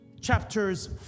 chapters